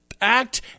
act